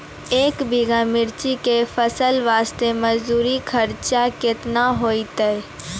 एक बीघा मिर्ची के फसल वास्ते मजदूरी खर्चा केतना होइते?